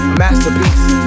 masterpiece